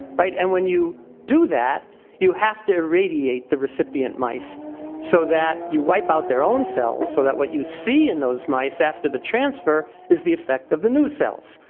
but and when you do that you have to irradiate the recipient mice so that you wipe out their own cells, so that what you see in those mice after the transfer is the effect of the new cells.